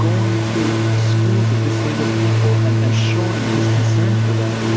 going to schools of disabled people and and showing his concern for them,